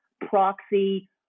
proxy